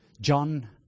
John